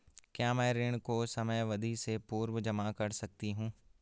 क्या मैं ऋण को समयावधि से पूर्व जमा कर सकती हूँ?